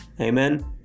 Amen